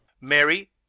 Mary